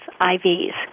IVs